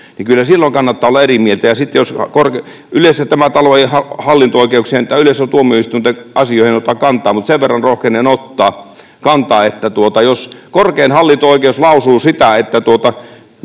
kyllä silloin kannattaa olla eri mieltä. Yleensä tämä talo ei yleisten tuomioistuinten asioihin ota kantaa, mutta sen verran rohkenen ottaa kantaa, että jos korkein hallinto-oikeus lausuu sitä, että